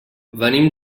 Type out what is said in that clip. venim